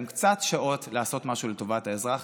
גם קצת שעות לעשות משהו לטובת האזרח.